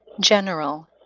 General